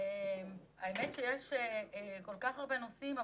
האמת היא שיש כל כך הרבה נושאים.